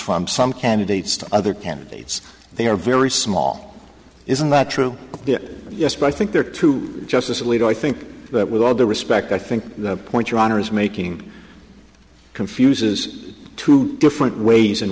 from some candidates to other candidates they are very small isn't that true yes but i think they're true justice alito i think that with all due respect i think the point your honor is making confuses two different ways in